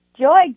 Joy